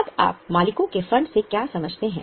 अब आप मालिकों के फंड से क्या समझते हैं